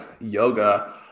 yoga